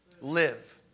live